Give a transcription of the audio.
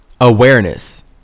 awareness